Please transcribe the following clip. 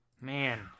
Man